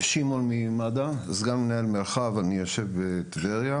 אני שמעון, סגן מנהל מרחב במד״א, אני יושב בטבריה.